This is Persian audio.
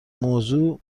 موضوع